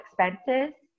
expenses